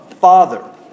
Father